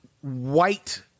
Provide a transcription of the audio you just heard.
white